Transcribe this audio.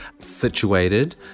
Situated